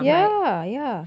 ya ya